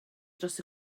dros